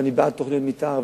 ואני בעד תוכניות מיתאר,